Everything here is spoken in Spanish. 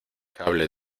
cable